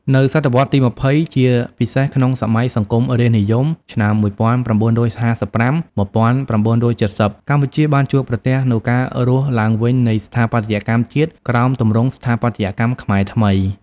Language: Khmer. នៅសតវត្សរ៍ទី២០ ជាពិសេសក្នុងសម័យសង្គមរាស្ត្រនិយម ឆ្នាំ១៩៥៥-១៩៧០ កម្ពុជាបានជួបប្រទះនូវការរស់ឡើងវិញនៃស្ថាបត្យកម្មជាតិក្រោមទម្រង់ ស្ថាបត្យកម្មខ្មែរថ្មី។